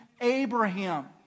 Abraham